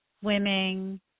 swimming